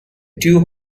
two